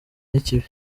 n’ikibi